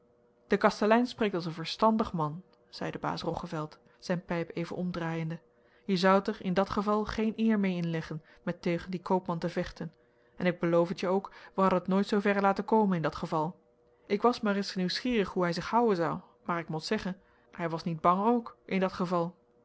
de kastelein spreekt als een verstandig man zeide baas roggeveld zijn pijp even omdraaiende je zoudt er in dat geval geen eer meê inleggen met teugen dien koopman te vechten en ik beloof het je ook we hadden het nooit zooverre laten komen in dat geval ik was maar ereis nieuwsgierig hoe hij zich houen zou maar ik mot zeggen hij was niet bang ook in dat geval